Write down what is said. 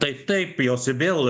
tai taip jos ir vėl